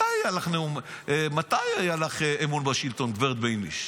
מתי היה לך אמון בשלטון, גברת בייניש.